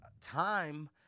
time